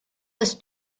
das